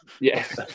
Yes